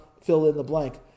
fill-in-the-blank